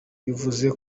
bivuze